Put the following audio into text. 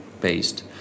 based